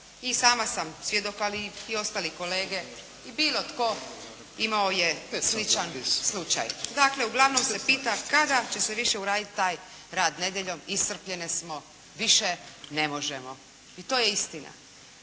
i sama sam svjedok, ali i ostali kolege i bilo tko, imao je sličan slučaj. Dakle uglavnom se pita kada će se više urediti taj rad nedjeljom, iscrpljene smo, više ne možemo. I to je istina!